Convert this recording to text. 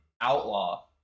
Outlaw